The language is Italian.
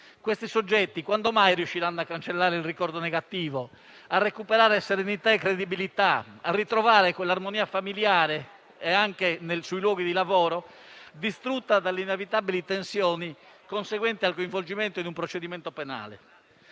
questi soggetti riusciranno a cancellare il ricordo negativo, a recuperare serenità e credibilità, a ritrovare l'armonia familiare e anche sul luogo di lavoro distrutta dalle inevitabili tensioni, conseguenti al coinvolgimento in un procedimento penale?